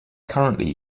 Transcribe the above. currently